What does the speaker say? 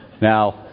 Now